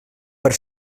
per